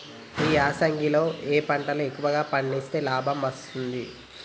ఈ యాసంగి లో ఏ పంటలు ఎక్కువగా పండిస్తే లాభం వస్తుంది?